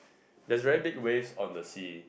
there's very big waves on the sea